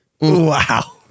Wow